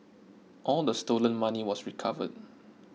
all the stolen money was recovered